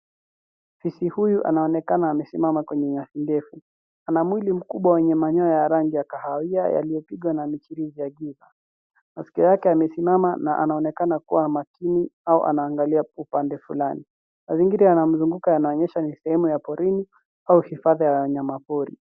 Fisi huyu anaonekana amesimama kwenye nyasi ndefu. Ana mwili mkubwa mwenye manyoya ya rangi ya kahawia yaliopigwa na michirizi hafifu . Maskio yake yamesimama na anaonekana kuwa makini au anaangalia upande fulani. Mazingira yanayo mzunguko yanaonyesha ni sehemu porini au hifadhi ya wanyama pori.